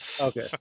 okay